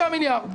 65 מיליארד.